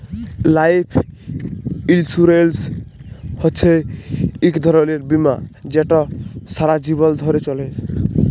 life insurance হছে ইক ধরলের বীমা যেট সারা জীবল ধ্যরে চলে